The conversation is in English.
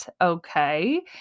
okay